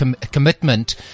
commitment